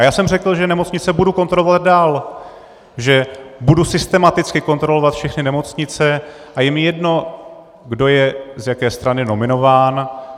Já jsem řekl, že nemocnice budu kontrolovat dál, že budu systematicky kontrolovat všechny nemocnice, a je mi jedno, kdo je z jaké strany nominován.